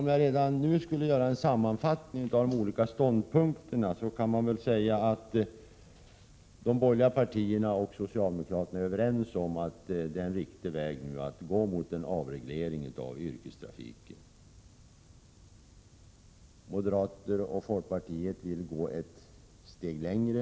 Om jag redan nu skulle göra en sammanfattning av de olika ståndpunkterna kan jag säga att de borgerliga partierna och socialdemokraterna är överens om att det nu är en riktig väg att verka för en avreglering av yrkestrafiken. Moderaterna och folkpartiet vill gå ett steg längre.